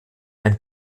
ein